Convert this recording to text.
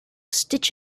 stitch